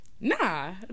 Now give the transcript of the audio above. Nah